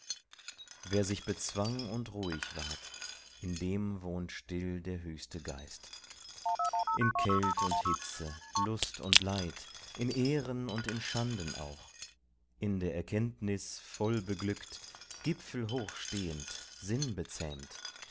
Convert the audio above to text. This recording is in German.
wer sich bezwang und ruhig ward in dem wohnt still der höchste geist in kält und hitze lust und leid in ehren und in schanden auch in der erkenntnis voll beglückt gipfelhoch stehend